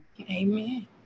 Amen